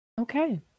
okay